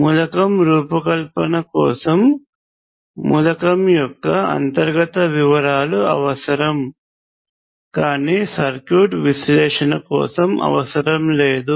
మూలకం రూపకల్పన కోసం మూలకం యొక్క అంతర్గత వివరాలు అవసరం కానీ సర్క్యూట్ విశ్లేషణ కోసం అవసరము లేదు